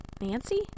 Nancy